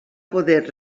poder